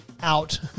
out